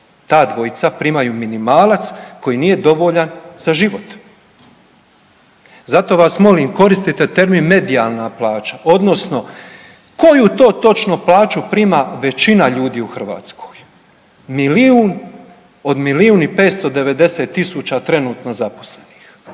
Ta dvojica primaju minimalac koji nije dovoljan za život. Zato vas molim, koristite termin medijalna plaća odnosno koju to točno plaću prima većina ljudi u Hrvatskoj, milijun od milijun i 590 000 trenutno zaposlenih?